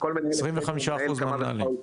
25 אחוז מהמנהלים.